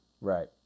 Right